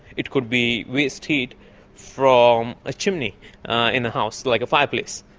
it could be waste heat from a chimney in a house, like a fireplace.